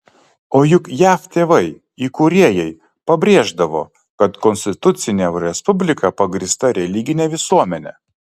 o juk jav tėvai įkūrėjai pabrėždavo kad konstitucinė respublika pagrįsta religine visuomene